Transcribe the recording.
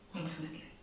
infinitely